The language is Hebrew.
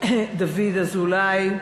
דוד אזולאי,